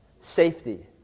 Safety